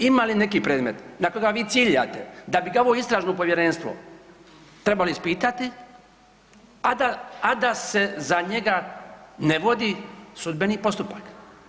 Ima li neki predmet na koga vi ciljate, da bi ga ovo istražno povjerenstvo trebalo ispitati, a da se za njega ne vodi sudbeni postupak.